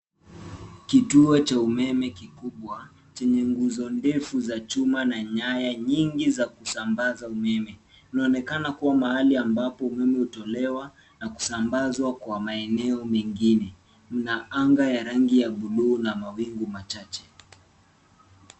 Kituo cha umeme kikubwa chenye nguzo ndefu za chuma na nyaya nyingi za kusambaza umeme. Unaonekana kuwa mahali amabapo umeme hutolewa na kusambazwa kwa maeneo mengine na anga ya rangi ya buluu na mawingu machache.